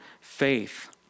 faith